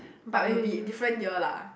but we'll be different year lah